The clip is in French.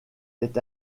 est